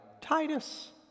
Titus